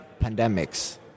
pandemics